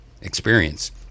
experience